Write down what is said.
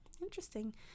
interesting